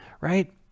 Right